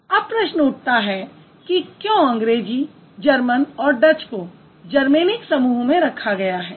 अब प्रश्न उठता है कि क्यों अंग्रेज़ी जर्मन और डच को जर्मेनिक समूह में रखा है